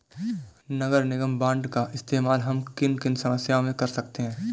नगर निगम बॉन्ड का इस्तेमाल हम किन किन समस्याओं में कर सकते हैं?